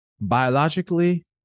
Biologically